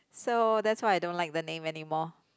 so that's why I don't like the name anymore